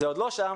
זה עוד לא שם,